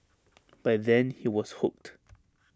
by then he was hooked